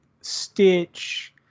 stitch